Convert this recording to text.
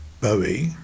Bowie